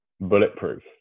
bulletproof